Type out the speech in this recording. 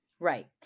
Right